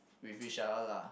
with each other lah